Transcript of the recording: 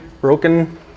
broken